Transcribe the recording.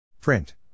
print